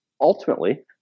ultimately